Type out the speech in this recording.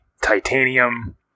Titanium